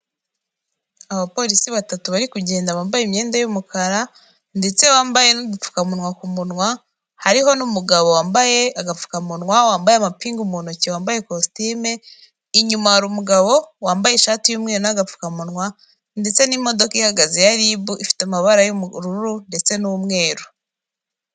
Abapolisi batatu bari kugenda bambaye imyenda y'umukara, ndetse bambaye n'udupfukamunwa ku kumunwa hariho n'umugabo wambaye agapfukamunwa wambaye amapingu mu ntoki wambaye ikositimu, inyuma hari umugabo wambaye ishati y'umweru nagapfukamunwa ndetse n'imodoka ihagaze ya ribu ifite amabara y'ubururu ndetse n'umweru.